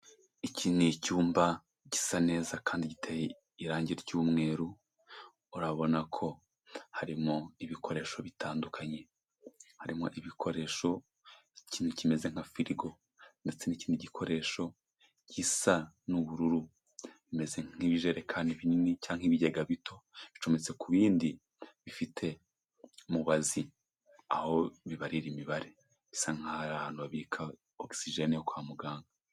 Iki ni icyumba gisa neza kandi giteye irangi ry'umweru, urabona ko harimo ibikoresho bitandukanye. Harimo ibikoresho, ikintu kimeze nka firigo, ndetse n'ikindi gikoresho gisa n'ubururu, bimeze nk'ibijerekani binini cyangwa ibigega bito, bicometse ku bindi bifite mubazi, aho bibarira imibare. Bisa nkaho ari ahantu babika okisijene yo kwa muganga.